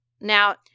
Now